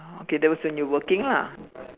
oh okay that was when you were working lah